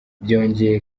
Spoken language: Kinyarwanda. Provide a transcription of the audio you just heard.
byongeye